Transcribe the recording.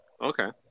okay